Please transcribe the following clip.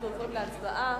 אנחנו עוברים להצבעה.